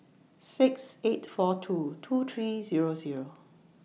six eight four two two three Zero Zero